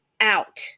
out